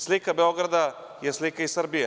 Slika Beograda je slika i Srbije.